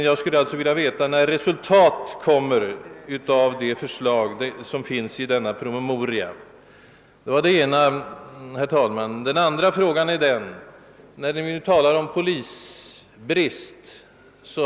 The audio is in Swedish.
Jag skulle alltså vilja veta när resultatet av det förslag som finns i denna promemoria kommer att redovisas. Det var den ena frågan, herr talman. Den andra frågan gäller polisbristen.